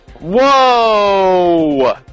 Whoa